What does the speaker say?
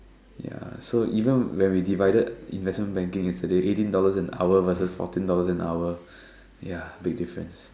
ya so even when we divided investment banking yesterday eighteen dollars an hour versus fourteen dollars an hour ya big difference